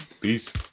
Peace